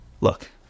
Look